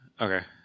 Okay